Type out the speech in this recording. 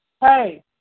Hey